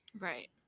Right